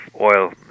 oil